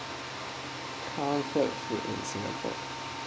comfort food in singapore